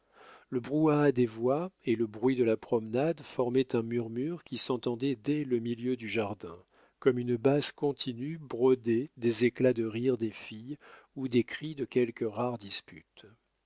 le brouhaha des voix et le bruit de la promenade formait un murmure qui s'entendait dès le milieu du jardin comme une basse continue brodée des éclats de rire des filles ou des cris de quelque rare dispute